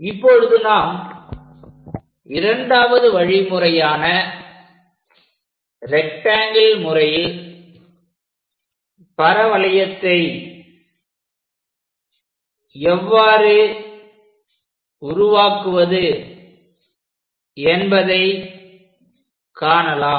இப்பொழுது நாம் இரண்டாவது வழிமுறையான ரெக்ட்டாங்கில் முறையில் பரவளையத்தை எவ்வாறு உருவாக்குவது என்பதை காணலாம்